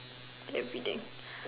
everyday